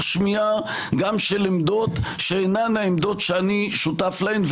שמיעה גם של עמדות שאינן העמדות שאני שותף להן,